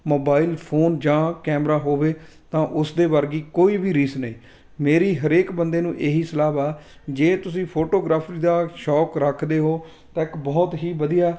mobile phone ਜਾਂ camera ਹੋਵੇ ਤਾਂ ਉਸ ਦੇ ਵਰਗੀ ਕੋਈ ਵੀ ਰੀਸ ਨਹੀਂ ਮੇਰੀ ਹਰੇਕ ਬੰਦੇ ਨੂੰ ਇਹੀ ਸਲਾਹ ਵਾ ਜੇ ਤੁਸੀਂ ਫੋਟੋਗ੍ਰਾਫਰੀ ਦਾ ਸ਼ੌਂਕ ਰੱਖਦੇ ਹੋ ਤਾਂ ਇੱਕ ਬਹੁਤ ਹੀ ਵਧੀਆ